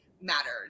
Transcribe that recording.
mattered